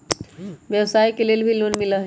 व्यवसाय के लेल भी लोन मिलहई?